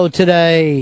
today